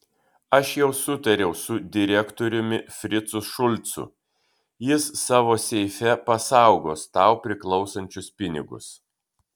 aš jau sutariau su direktoriumi fricu šulcu jis savo seife pasaugos tau priklausančius pinigus